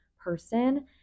person